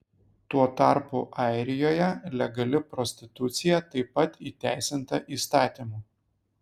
tuo tarpu airijoje legali prostitucija taip pat įteisinta įstatymu